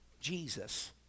Jesus